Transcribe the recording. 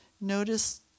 Notice